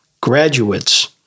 graduates